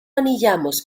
anillamos